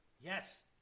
Yes